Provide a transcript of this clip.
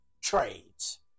trades